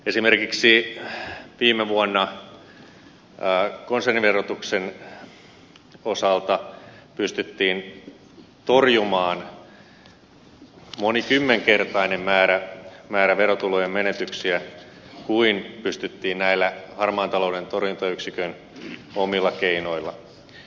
esimerkiksi viime vuonna konserniverotuksen osalta pystyttiin torjumaan monikymmenkertainen määrä verotulojen menetyksiä kuin pystyttiin näillä harmaan talouden torjuntayksikön omilla keinoilla